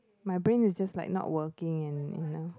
my brain is just like not working and you know